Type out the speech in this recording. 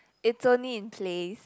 it's only in plays